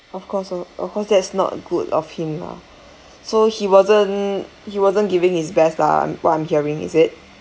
of course of of course that's not good of him lah so he wasn't he wasn't giving his best lah I'm~ what I'm hearing is it